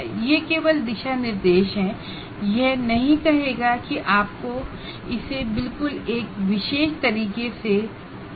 ये केवल गाइडलाइन हैं यह नहीं कहेगा कि आपको इसे बिल्कुल एक विशेष तरीके से करना है